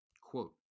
Quote